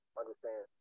understand